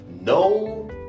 No